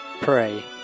pray